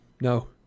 No